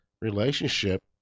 relationship